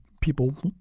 people